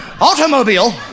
automobile